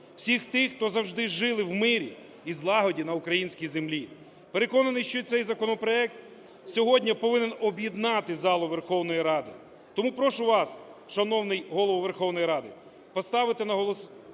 всіх тих, хто завжди жили в мирі і злагоді на українській землі. Переконаний, що цей законопроект сьогодні повинен об'єднати залу Верховної Ради. Тому прошу вас, шановний Голово Верховної Ради, поставити на голосування